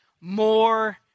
more